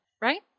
right